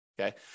Okay